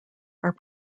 are